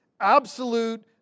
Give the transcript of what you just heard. absolute